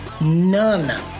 None